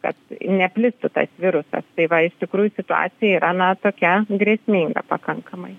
kad neplikstų tas virusas tai va iš tikrųjų situacija yra na tokia grėsminga pakankamai